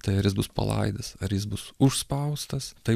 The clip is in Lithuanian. tai ar jis bus palaidas ar jis bus užspaustas tai